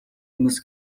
өмнөөс